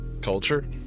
Culture